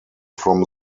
from